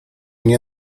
nie